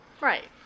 right